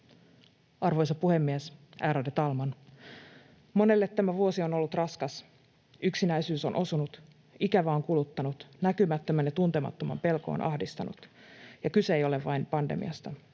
Arvoisa puhemies, ärade talman! Monelle tämä vuosi on ollut raskas. Yksinäisyys on osunut. Ikävä on kuluttanut. Näkymättömän ja tuntemattoman pelko on ahdistanut. Ja kyse ei ole vain pandemiasta.